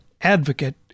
advocate